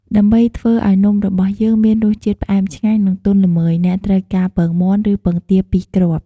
ដើម្បីធ្វើឱ្យនំរបស់យើងមានរសជាតិផ្អែមឆ្ងាញ់ និងទន់ល្មើយ អ្នកត្រូវការ ពងមាន់ ឬពងទា ២ គ្រាប់។